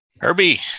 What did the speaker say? Herbie